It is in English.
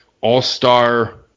all-star